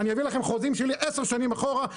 אני אביא לכם חוזים שלי 10 שנים אחורה,